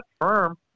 firm